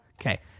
Okay